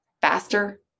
faster